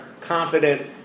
Confident